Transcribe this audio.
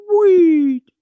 sweet